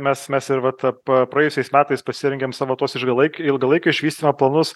mes mes ir vat pa praėjusiais metais pasirengėm savo tuos ižgalaik ilgalaikio išvystymo planus